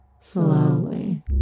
Slowly